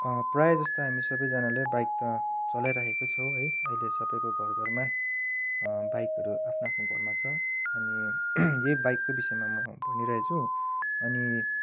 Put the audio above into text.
प्रायःजस्तो हामी सबैजनाले बाइक त चलाइरहेकै छौँ है अहिले सबैको घरघरमा बाइकहरू आफ्नो आफ्नो घरमा छ अनि यही बाइकको विषयमा म भनिरहेछु अनि